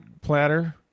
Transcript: platter